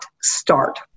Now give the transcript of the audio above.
start